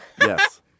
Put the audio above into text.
Yes